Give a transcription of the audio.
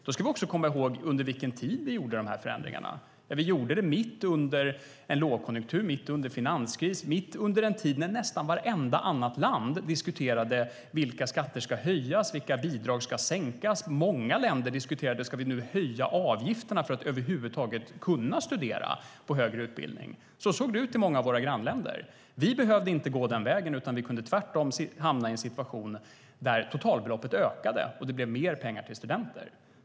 Vi ska också komma ihåg under vilken tid vi gjorde de här förändringarna. Vi gjort dem mitt under en lågkonjunktur, mitt under en finanskris, mitt under en tid när nästan vartenda annat land diskuterade vilka skatter som ska höjas och vilka bidrag som ska sänkas. Många länder diskuterade: Ska vi nu höja avgifterna för att man över huvud taget ska kunna studera i högre utbildning? Så såg det ut i många av våra grannländer. Vi behövde inte gå den vägen, utan vi kunde tvärtom hamna i en situation där totalbeloppet ökade och det blev mer pengar till studenter.